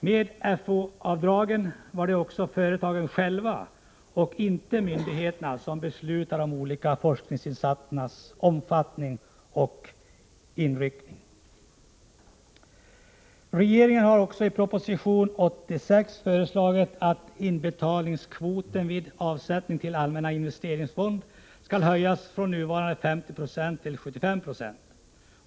Med fou-avdragen var det också företagen själva, och inte myndigheterna, som beslutade om olika forskningsinsatsers omfattning och inriktning. Regeringen har också i proposition 86 föreslagit att inbetalningskvoten vid avsättning till allmän investeringsfond skall höjas från nuvarande 50 9o till 75 Jo.